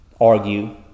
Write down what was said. argue